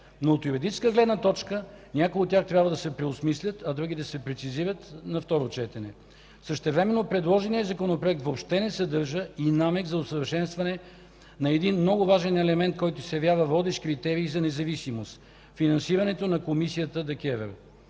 От юридическа гледна точка обаче някои от тях трябва да се преосмислят, а други да се прецизират на второ четене. Същевременно предложеният законопроект въобще не съдържа и намек за усъвършенстване на един много важен елемент, който се явява водещ критерий за независимост – финансирането на ДКЕВР.